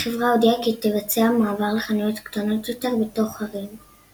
החברה הודיעה כי תבצע מעבר לחנויות קטנות יותר בתוך ערים.